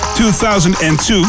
2002